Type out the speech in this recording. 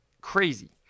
Crazy